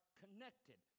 connected